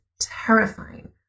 terrifying